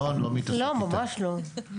קודם כול,